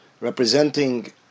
representing